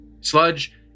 sludge